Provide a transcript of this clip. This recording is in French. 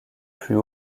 plus